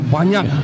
Banyak